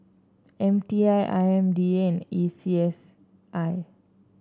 M T I I M D A and A C S I